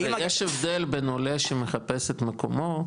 האם --- יש הבדל בין עולה שמחפש את מקומו,